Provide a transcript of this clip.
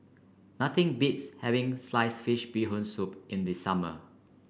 nothing beats having Sliced Fish Bee Hoon Soup in the summer